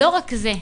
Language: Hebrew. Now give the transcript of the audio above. ולא רק זה,